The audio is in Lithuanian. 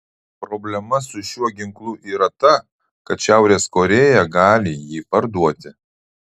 problema su šiuo ginklu yra ta kad šiaurės korėja gali jį parduoti